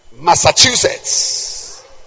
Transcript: Massachusetts